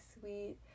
sweet